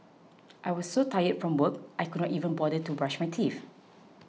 I was so tired from work I could not even bother to brush my teeth